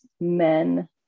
men